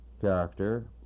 character